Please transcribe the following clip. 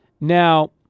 now